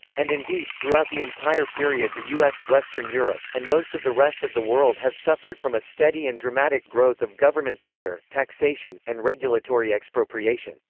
and indeed, throughout the entire period the u s, western europe, and most of the rest of the world have suffered from a steady and dramatic growth of government power, taxation, and regulatory expropriation.